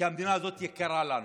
כי המדינה הזאת יקרה לנו.